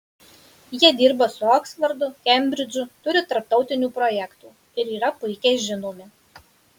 jie dirba su oksfordu kembridžu turi tarptautinių projektų ir yra puikiai žinomi